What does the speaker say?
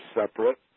separate